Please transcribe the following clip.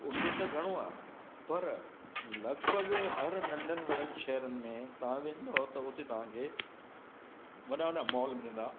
उते त घणो आहे पर लॻभॻि हर नंढनि वॾनि शहरनि में तव्हां वेंदो त उते तव्हांखे वॾा वॾा मॉल मिलंदा